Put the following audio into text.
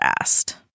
asked